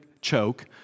choke